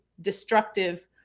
destructive